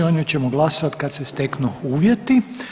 O njoj ćemo glasati kad se steknu uvjeti.